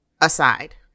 aside